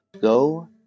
go